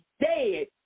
dead